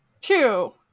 Two